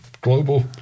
Global